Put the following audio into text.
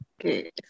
Okay